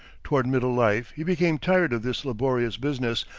toward middle life he became tired of this laborious business,